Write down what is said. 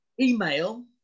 Email